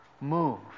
move